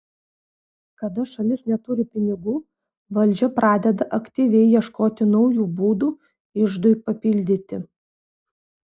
kada šalis neturi pinigų valdžia pradeda aktyviai ieškoti naujų būdų iždui papildyti